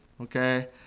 okay